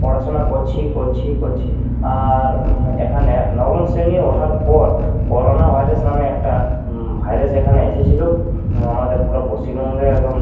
পড়াশোনা করছি করছি করছি আর এখানে নবম শ্রেণী ওঠার পর করোনা ভাইরাস নামে একটা ভাইরাস এখানে এসেছিলো আমাদের পুরো পশ্চিমবঙ্গে একদম